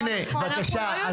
הינה, בבקשה.